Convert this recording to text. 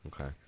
Okay